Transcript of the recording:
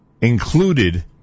included